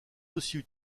aussi